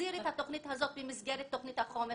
להחזיר את התוכנית הזאת במסגרת תוכנית החומש,